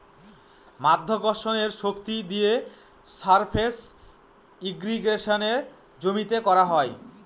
মাধ্যাকর্ষণের শক্তি দিয়ে সারফেস ইর্রিগেশনে জমিতে করা হয়